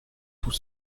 tout